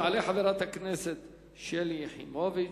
תעלה חברת הכנסת שלי יחימוביץ,